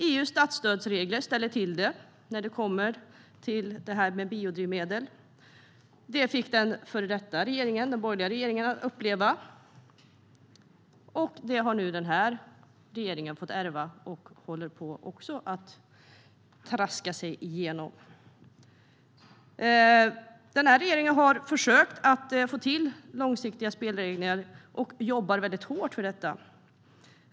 EU:s statsstödsregler ställer till det när det kommer till biodrivmedel. Det fick den före detta borgerliga regeringen uppleva, och det har nu den här regeringen fått ärva och håller på att tröska sig igenom. Regeringen har försökt få till långsiktiga spelregler och jobbar väldigt hårt för detta.